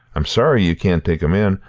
i'm sorry you can't take him in.